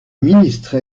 ministre